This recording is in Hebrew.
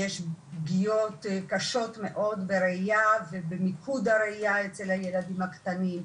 יש פגיעות קשות מאוד בראייה ובמיקוד הראייה אצל הילדים הקטנים,